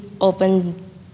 open